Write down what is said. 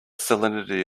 salinity